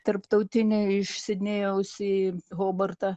tarptautinė iš sidnėjaus į hobartą